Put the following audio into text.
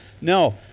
No